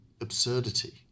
absurdity